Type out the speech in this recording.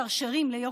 מכם?